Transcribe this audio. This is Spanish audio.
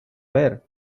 ver